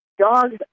dogs